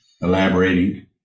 elaborating